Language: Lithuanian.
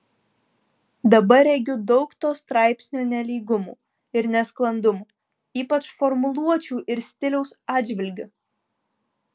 dabar regiu daug to straipsnio nelygumų ir nesklandumų ypač formuluočių ir stiliaus atžvilgiu